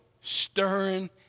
stirring